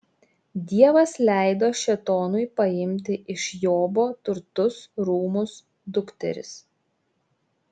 dievas leido šėtonui paimti iš jobo turtus rūmus dukteris